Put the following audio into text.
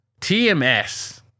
tms